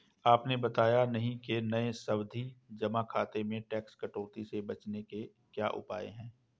आपने बताया नहीं कि नये सावधि जमा खाते में टैक्स कटौती से बचने के क्या उपाय है?